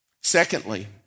Secondly